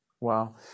Wow